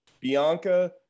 Bianca